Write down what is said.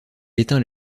éteint